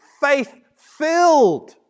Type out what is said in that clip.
faith-filled